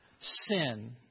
sin